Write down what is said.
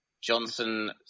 Johnson